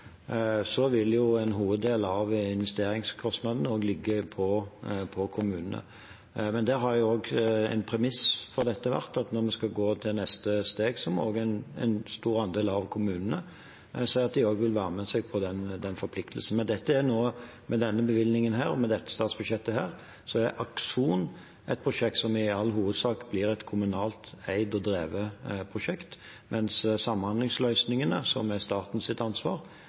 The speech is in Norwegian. vil en hoveddel av investeringskostnaden også ligge hos kommunene. En premiss for dette har vært at når vi skal gå til neste steg, må en stor andel av kommunene si at de vil være med på den forpliktelsen. Med denne bevilgningen og dette statsbudsjettet er Akson et prosjekt som i all hovedsak blir et kommunalt eid og drevet prosjekt, mens samhandlingsløsningene, som er statens ansvar, forblir statens ansvar.